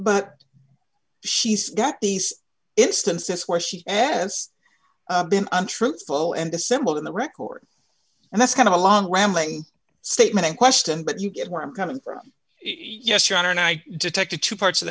but she's got these instances where she asked been untruthful and assembled in the record and that's kind of a long rambling statement in question but you get where i'm kind of yes your honor and i detected two parts of